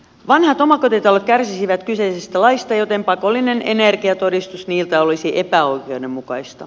vanhat omakotitalot kärsisivät kyseisestä laista joten pakollinen energiatodistus niiltä olisi epäoikeudenmukaista